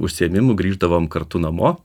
užsiėmimų grįždavom kartu namo